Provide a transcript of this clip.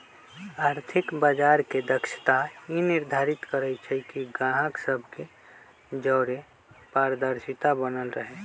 आर्थिक बजार के दक्षता ई निर्धारित करइ छइ कि गाहक सभ के जओरे पारदर्शिता बनल रहे